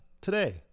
today